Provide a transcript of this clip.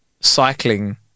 cycling